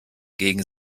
gegen